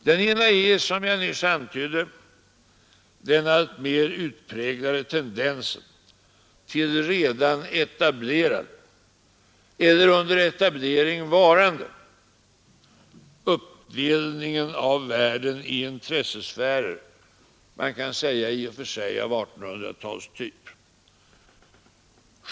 Den ena är, som jag nyss antydde, den alltmer utpräglade redan etablerade eller under etablering varande uppdelningen av världen i intressesfärer — man kan säga i och för sig av 1800-talstyp.